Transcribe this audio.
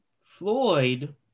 Floyd